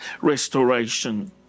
restoration